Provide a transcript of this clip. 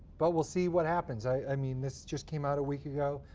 but we'll see what happens. i mean, this just came out a week ago.